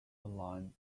line